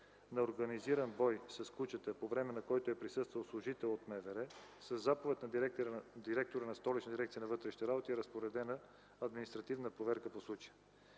на организиран бой с кучета, по време на който е присъствал служител от МВР, със заповед на директора на Столична дирекция на вътрешните работи е разпоредена административна проверка по случая.